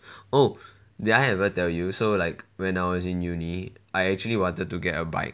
oh did I ever tell you so like when I was in uni I actually wanted to get a bike